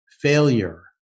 failure